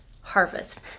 harvest